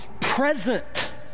present